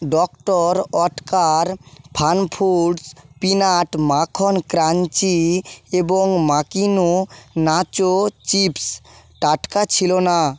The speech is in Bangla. ডক্টর ওটকার ফানফুড্স পিনাট মাখন ক্রাঞ্চি এবং মাকিনো নাচো চিপস্ টাটকা ছিলো না